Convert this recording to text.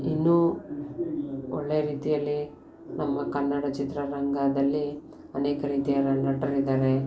ಇನ್ನೂ ಒಳ್ಳೆಯ ರೀತಿಯಲ್ಲಿ ನಮ್ಮ ಕನ್ನಡ ಚಿತ್ರರಂಗದಲ್ಲಿ ಅನೇಕ ರೀತಿಯ ನಟರಿದ್ದಾರೆ